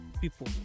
people